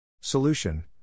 Solution